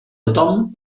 tothom